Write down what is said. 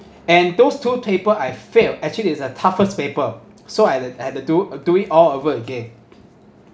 and those two taper I failed actually is the toughest paper so I had I had to do do it all over again